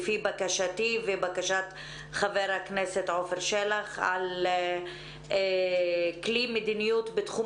לבקשתי ולבקשת חבר הכנסת עפר שלח על כלי מדיניות בתחום